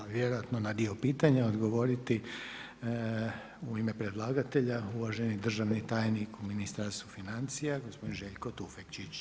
Sada će vjerojatno na dio pitanja odgovoriti u ime predlagatelja uvaženi državni tajnik u Ministarstvu financija, gospodin Željko Tufekčić.